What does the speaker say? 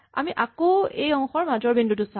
আমি আকৌ এই অংশৰ মাজৰ বিন্দুটো চাম